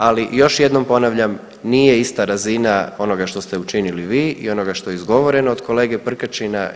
Ali još jednom ponavljam nije ista razina onoga što ste učinili vi i onoga što je izgovoreno od kolege Prkačina.